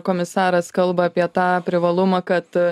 komisaras kalba apie tą privalumą kad